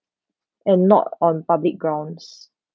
and not on public grounds